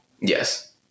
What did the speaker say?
Yes